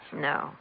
No